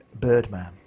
birdman